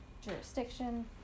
jurisdiction